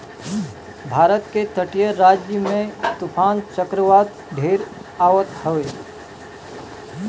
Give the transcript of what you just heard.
भारत के तटीय राज्य में तूफ़ान चक्रवात ढेर आवत हवे